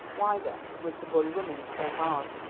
why, then, was the boy running so hard?